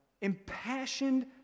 impassioned